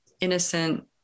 innocent